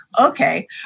okay